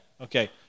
Okay